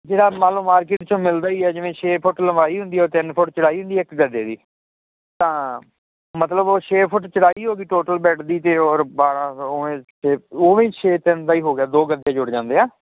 ਜਿਹੜਾ ਮੰਨ ਲੋ ਮਾਰਕੀਟ ਚੋਂ ਮਿਲਦਾ ਈ ਐ ਜਿਵੇਂ ਛੇ ਫੁੱਟ ਲੰਬਾਈ ਹੁੰਦੀ ਐ ਤਿੰਨ ਫੁੱਟ ਚੌੜਾਈ ਹੁੰਦੀ ਐ ਇੱਕ ਗੱਦੇ ਦੀ ਤਾਂ ਮਤਲਬ ਉਹ ਛੇ ਫੁੱਟ ਚੌੜਾਈ ਹੋਗੀ ਟੋਟਲ ਬੈੱਡ ਦੀ ਤੇ ਔਰ ਉਹ ਵੀ ਛੇ ਤਿੰਨ ਦਾ ਈ ਹੋਗਿਆ ਦੋ ਗੱਦੇ ਜੁੜ ਜਾਂਦੇ ਐ